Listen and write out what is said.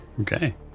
Okay